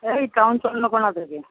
এই টাউন চন্দ্রকোনা থেকে